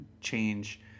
change